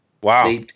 Wow